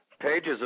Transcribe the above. Pages